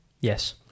Yes